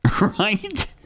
right